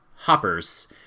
hoppers